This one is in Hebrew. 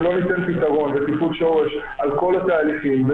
אם לא ניתן פתרון וטיפול שורש לכל התהליכים,